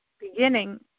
beginning